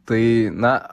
tai na